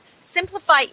Simplify